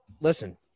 Listen